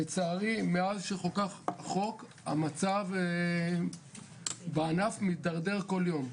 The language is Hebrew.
לצערי, מאז שחוקק החוק, המצב בענף מתדרדר כל יום.